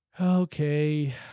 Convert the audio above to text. Okay